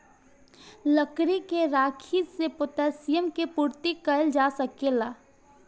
लकड़ी के राखी से पोटैशियम के पूर्ति कइल जा सकेला